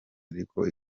ariko